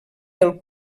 del